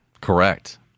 Correct